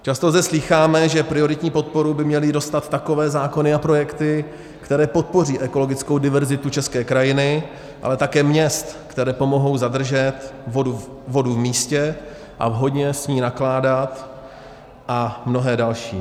Často zde slýcháme, že prioritní podporu by měly dostat takové zákony a projekty, které podpoří ekologickou diverzitu české krajiny, ale také měst, které pomohou zadržet vodu v místě a vhodně s ní nakládat a mnohé další.